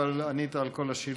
אבל ענית על כל השאלות.